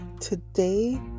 Today